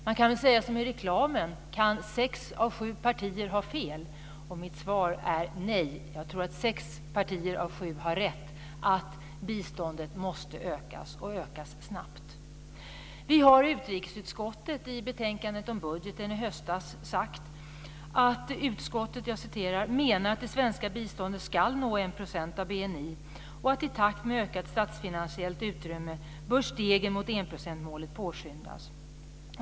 Man kan väl säga som i reklamen: Kan sex av sju partier ha fel? Mitt svar är nej. Jag tror att sex partier av sju har rätt. Biståndet måste öka - och öka snabbt. I betänkandet om budgeten har vi i utrikesutskottet sagt: "Utskottet menar att det svenska biståndet skall nå en procent av BNI och att i takt med ökat statsfinansiellt utrymme bör stegen mot enprocentsmålet påskyndas.